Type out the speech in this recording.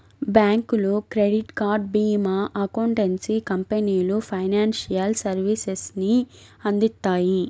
బ్యాంకులు, credit card, భీమా, accountancy కంపెనీలు ఫైనాన్షియల్ సర్వీసెస్ ని అందిత్తాయి